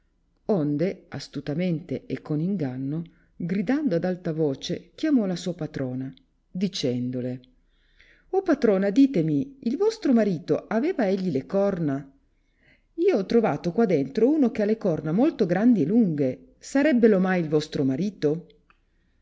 onde astutamente e con inganno gridando ad alta voce chiamò la sua patrona dicendole patrona ditemi il vostro marito aveva egli le corna io ho trovato qua dentro uno che ha le corna molto grandi e lunghe sarebbero mai il vostro marito